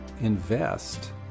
invest